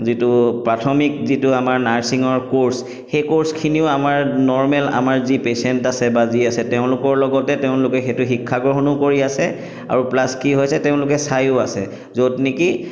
যিটো প্ৰাথমিক যিটো আমাৰ নাৰ্ছিঙৰ ক'ৰ্চ সেই কৰ্চখিনিও আমাৰ নৰ্মেল আমাৰ যি পেচেণ্ট আছে বা যি আছে তেওঁলোকৰ লগতে তেওঁলোকে সেইটো শিক্ষা গ্ৰহণো কৰি আছে আৰু প্লাছ কি হৈছে তেওঁলোকে চাইয়ো আছে য'ত নেকি